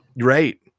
Right